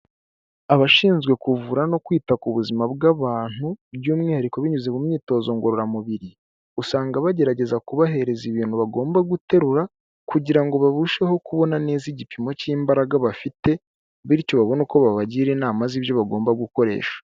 Abashinzwe kuvura no kwita ku buzima bw'abantu, by'umwihariko binyuze mu myitozo ngororamubiri, usanga bagerageza kubahereza ibintu bagomba guterura, kugira ngo barusheho kubona neza igipimo cy'imbaraga bafite, bityo babone uko babagira inama z'ibyo bagomba gukoresha.